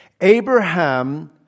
Abraham